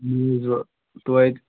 توتہِ